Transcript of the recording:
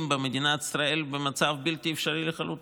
במדינת ישראל במצב בלתי אפשרי לחלוטין.